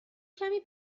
کمی